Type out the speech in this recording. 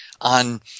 on